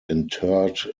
interred